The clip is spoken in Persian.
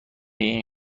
این